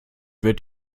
wird